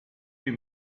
you